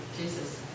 Jesus